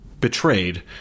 betrayed